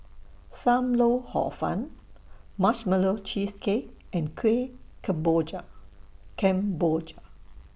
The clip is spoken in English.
SAM Lau Hor Fun Marshmallow Cheesecake and Kueh Kemboja Kemboja